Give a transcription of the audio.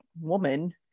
woman